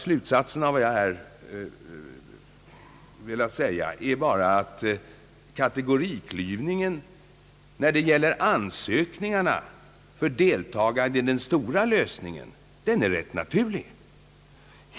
Slutsatsen av vad jag här velat säga blir bara att kategoriklyvningen när det gäller ansökningarna för deltagande i den stora lösningen är rätt naturlig.